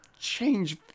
change